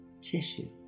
tissue